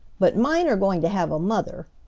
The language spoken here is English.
but mine are going to have a mother,